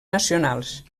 nacionals